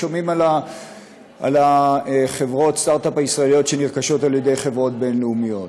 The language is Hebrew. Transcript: שומעים על חברות הסטארט-אפ הישראליות שנרכשות על-ידי חברות בין-לאומיות.